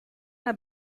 una